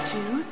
Two